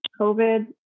COVID